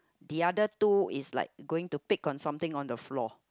the other two is like going to pick on something on the floor